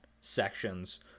sections